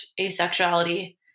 asexuality